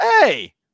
Hey